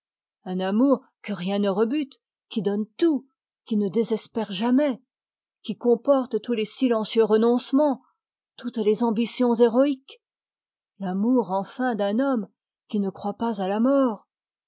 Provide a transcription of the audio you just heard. un amour que rien ne rebute qui donne tout qui ne désespère jamais qui comporte tous les silencieux renoncements toutes les ambitions héroïques l'amour enfin d'un homme qui ne croit pas à la mort